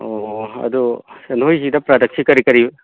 ꯑꯣ ꯑꯗꯨ ꯅꯣꯏꯁꯤꯗ ꯄ꯭ꯔꯗꯛꯁꯤ ꯀꯔꯤ ꯀꯔꯤ